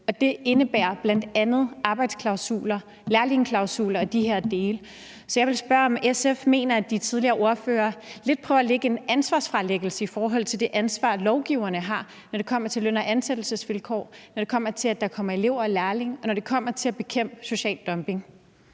Det indebærer bl.a. arbejdsklausuler, lærlingeklausuler og de her dele. Så jeg vil spørge, om SF mener, at de tidligere ordførere lidt prøver at lægge ansvaret fra sig i forhold til det ansvar, lovgiverne har, når det kommer til løn- og ansættelsesvilkår, når det kommer til, at der kommer elever og lærlinge, og når det kommer til at bekæmpe social dumping.